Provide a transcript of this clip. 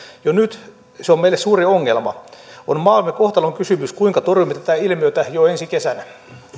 jo nyt se on meille suuri ongelma on maamme kohtalonkysymys kuinka torjumme tätä ilmiötä jo ensi kesänä